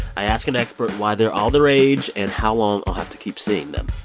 i ask an expert why they're all the rage and how long i'll have to keep seeing them.